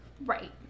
Right